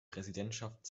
präsidentschaft